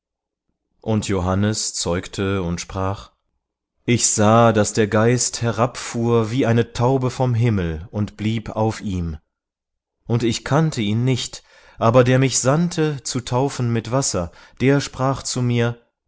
und johannes zeugte und sprach ich sah daß der geist herabfuhr wie eine taube vom himmel und blieb auf ihm und ich kannte ihn nicht aber der mich sandte zu taufen mit wasser der sprach zu mir